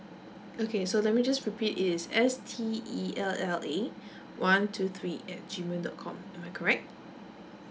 okay so let me just repeat it's S T E L L A one two three at G mail dot com am I correct